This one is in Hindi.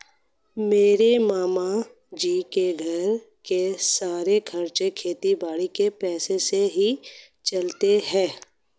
मेरे मामा जी के घर के सारे खर्चे खेती बाड़ी के पैसों से ही चलते हैं